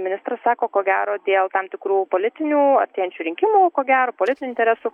ministras sako ko gero dėl tam tikrų politinių artėjančių rinkimų ko gero politinių interesų